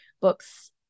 books